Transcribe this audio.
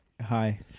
Hi